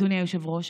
אדוני היושב-ראש,